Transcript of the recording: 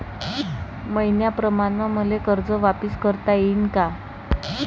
मईन्याप्रमाणं मले कर्ज वापिस करता येईन का?